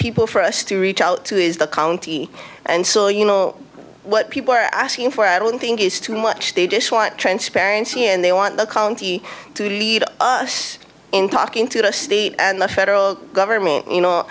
people for us to reach out to is the county and so you know what people are asking for i don't think is too much they just want transparency and they want the county to lead in talking to the city and the federal government you know